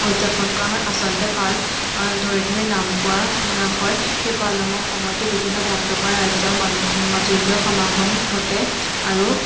উদযাপন কৰা হয় আচলতে পাল ধৰি ধৰি নাম কোৱা হয় সেই পাল নামৰ সময়তে বিভিন্ন ভক্তপ্ৰাণ ৰাজ্যৰ মানুহ মাজুলীলৈ সমাগম ঘটে আৰু